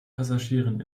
passagieren